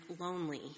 lonely